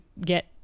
get